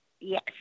yes